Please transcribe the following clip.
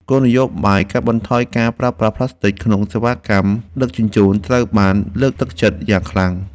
គោលនយោបាយកាត់បន្ថយការប្រើប្រាស់ផ្លាស្ទិកក្នុងសេវាកម្មដឹកជញ្ជូនត្រូវបានលើកទឹកចិត្តយ៉ាងខ្លាំង។